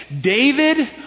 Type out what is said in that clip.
David